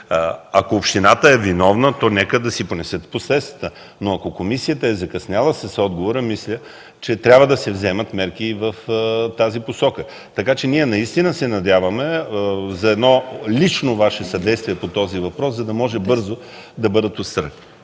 Ако общината е виновна, то нека да си понесе последствията. Но ако комисията е закъсняла с отговора, мисля, че трябва да се вземат мерки и в тази посока. Ние наистина се надяваме за едно лично Ваше съдействие по този въпрос, за да може бързо да бъдат отстранени